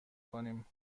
کنیم